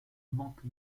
manque